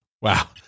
Wow